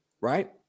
Right